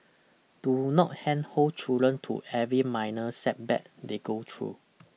do not handhold children through every minor setback they go through